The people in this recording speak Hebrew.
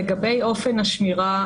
לגבי אופן השמירה,